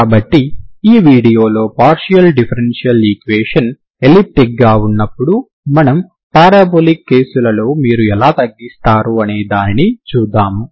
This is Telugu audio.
కాబట్టి ఈ వీడియోలో పార్షియల్ డిఫరెన్షియల్ ఈక్వేషన్ ఎలిప్టిక్ గా ఉన్నప్పుడు మరియు పారాబొలిక్ కేసులలో మీరు ఎలా తగ్గిస్తారు అనే దానిని చూద్దాము